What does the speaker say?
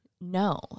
No